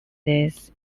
this